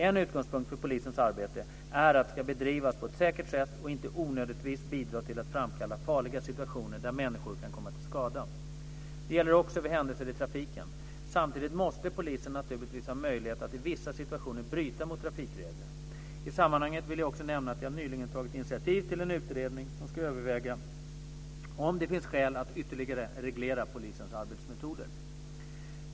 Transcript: En utgångspunkt för polisens arbete är att det ska bedrivas på ett säkert sätt och inte onödigtvis bidra till att framkalla farliga situationer där människor kan komma till skada. Det gäller också vid händelser i trafiken. Samtidigt måste polisen naturligtvis ha möjlighet att i vissa situationer bryta mot trafikregler. I sammanhanget vill jag också nämna att jag nyligen tagit initiativ till en utredning som ska överväga om det finns skäl att ytterligare reglera polisens arbetsmetoder.